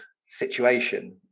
situation